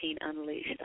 Unleashed